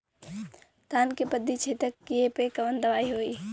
धान के पत्ती छेदक कियेपे कवन दवाई होई?